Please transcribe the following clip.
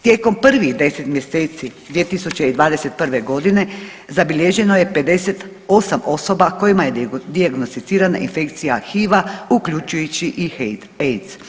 Tijekom prvih 10. mjeseci 2021. godine zabilježeno je 58 osoba kojima je dijagnosticirana infekcija HIV-a uključujući i AIDS.